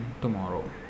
tomorrow